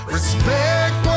Respect